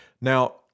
Now